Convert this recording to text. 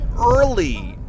early